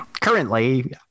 currently